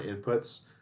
inputs